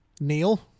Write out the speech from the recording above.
Neil